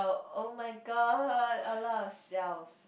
oh-my-God a lot of xiaos